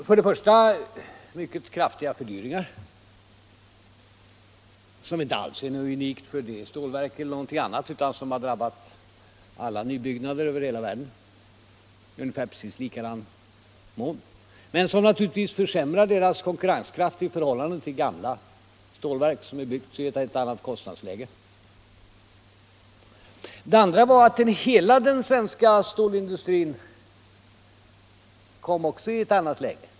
För det första har det blivit mycket kraftiga fördyringar, vilket inte alls är någonting unikt för det stålverket eller för andra stålverk eller annan företagsamhet, utan som har drabbat alla nybyggnader över hela världen i precis samma mån men som na turligtvis försämrar deras konkurrenskraft i förhållande till gamla stålverk, som är byggda i ett annat kostnadsläge. För det andra kom också hela den svenska stålindustrin i ett annat läge.